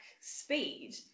speed